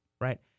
Right